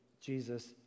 Jesus